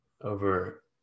over